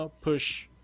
push